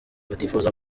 batifuza